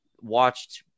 watched